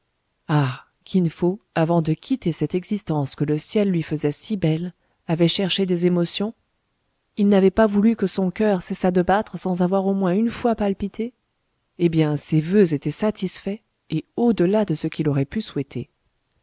ah kin fo avant de quitter cette existence que le ciel lui faisait si belle avait cherché des émotions il n'avait pas voulu que son coeur cessât de battre sans avoir au moins une fois palpité eh bien ses voeux étaient satisfaits et au-delà de ce qu'il aurait pu souhaiter